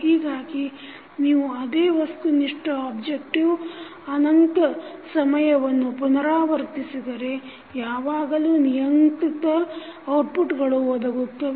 ಹೀಗಾಗಿ ನೀವು ಅದೇ ವಸ್ತುನಿಷ್ಠ objective ಅನಂತ ಸಮಯವನ್ನು ಪುನರಾವರ್ತಿಸಿದರೆ ಯಾವಾಗಲೂ ನಿಯಂತ್ರಿತ ಔಟ್ಪುಟ್ಗಳು ಒದಗುತ್ತವೆ